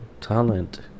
talent